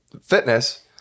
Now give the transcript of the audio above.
fitness